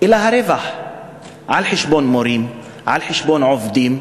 אלא הרווח על חשבון מורים, על חשבון עובדים.